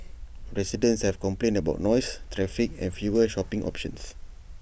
residents have complained about noise traffic and fewer shopping options